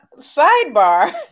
sidebar